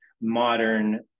modern